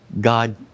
God